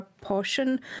portion